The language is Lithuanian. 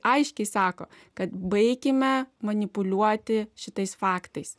aiškiai sako kad baikime manipuliuoti šitais faktais